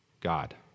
God